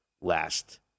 last